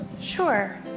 sure